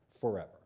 forever